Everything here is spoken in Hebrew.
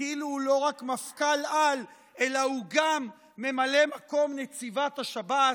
כאילו הוא לא רק מפכ"ל-על אלא הוא גם ממלא מקום של נציבת השב"ס.